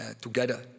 together